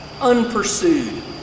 unpursued